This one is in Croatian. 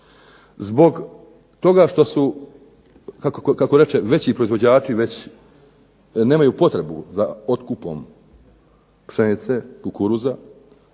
zbog toga što su kako reče veći proizvođači već nemaju potrebu za otkupom pšenice, kukuruza